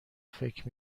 فکر